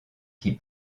qui